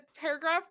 paragraph